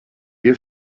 you